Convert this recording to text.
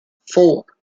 four